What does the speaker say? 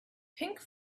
pink